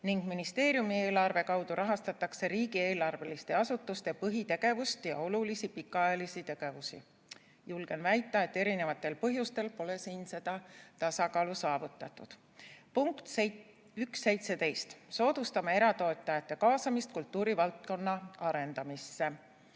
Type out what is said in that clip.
ning ministeeriumi eelarve kaudu rahastatakse riigieelarveliste asutuste põhitegevust ja rahvuskultuuriliselt olulisi pikaajalisi tegevusi. Julgen väita, et erinevatel põhjustel pole siin seda tasakaalu saavutatud. Punkt 1.17: "Soodustame eratoetajate kaasamist kultuurivaldkonna arendamisse."